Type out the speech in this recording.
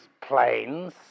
planes